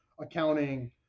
accounting